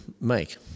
make